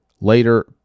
later